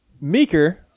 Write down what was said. Meeker